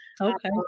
Okay